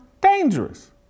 dangerous